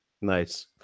Nice